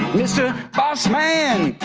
mister boss man,